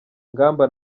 ngamba